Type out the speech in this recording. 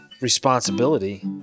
responsibility